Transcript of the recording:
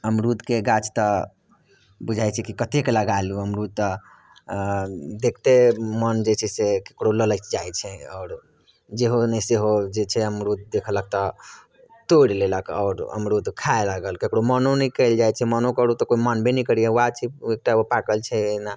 अमरूदके गाछ तऽ बुझै छै की कतेक लगा लू अमरूद तऽ देखते मोन जे छै से ककरो ललैच जाइ छै आओर जेहो ने सेहो जे छै अमरूद देखलक तऽ तोड़ि लेलक आओर अमरूद खाय लागल ककरो मनो नहि कयल जाइ छै मनो करू तऽ कोइ मानबे नहि करैये वएह छै एकटा ओ पाकल छै एना